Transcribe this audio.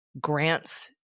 grants